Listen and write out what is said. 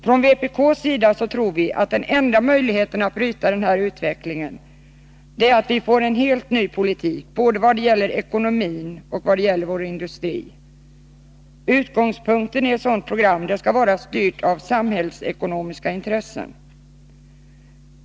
Från vpk:s sida tror vi att enda möjligheten att bryta denna utveckling är att vi får en helt ny politik, både vad gäller ekonomin och vad gäller industrin. Utgångspunkten i ett sådant program skall vara att samhällsekonomiska intressen styr.